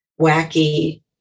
wacky